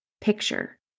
picture